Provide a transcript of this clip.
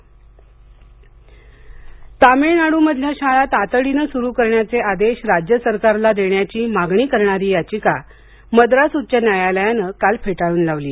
चेन्नई शाळा सरू तमिळनाडूमधील शाळा तातडीने सुरू करण्याचे आदेश राज्य सरकारला देण्याची मागणी करणारी याचिका मद्रास उच्च न्यायालयाने काल फेटाळून लावली